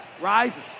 Rises